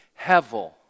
Hevel